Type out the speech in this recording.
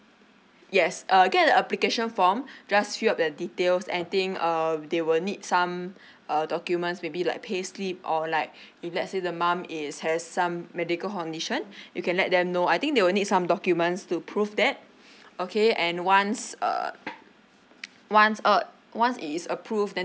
yes uh get an application form just fill up the details and thing err they will need some err documents maybe like payslip or like if let's say the mum is has some medical condition you can let them know I think they will need some documents to prove that okay and once err once uh once is approved then